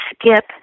skip